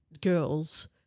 girls